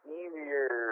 easier